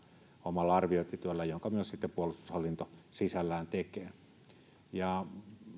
omalla arviointityöllä jonka myös sitten puolustushallinto sisällään tekee